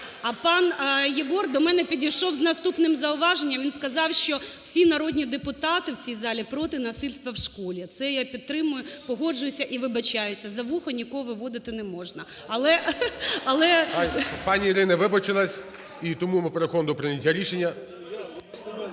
А пан Єгор до мене підійшов з наступним зауваженням. Він сказав, що всі народні депутати в цій залі проти насильства в школі. Це я підтримую, погоджуюся і вибачаюся, за вухо нікого виводити не можна. Але… (Шум у залі) ГОЛОВУЮЧИЙ. Пані Ірина, вибачилась. І тому ми переходимо до прийняття рішення.